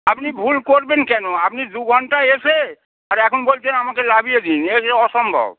আপনি ভুল করবেন কেন আপনি দু ঘন্টা এসে আর এখন বলছেন আমাকে নামিয়ে দিন এ এ অসম্ভব